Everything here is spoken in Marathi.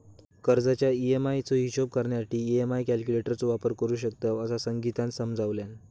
कर्जाच्या ई.एम्.आई चो हिशोब करण्यासाठी ई.एम्.आई कॅल्क्युलेटर चो वापर करू शकतव, असा संगीतानं समजावल्यान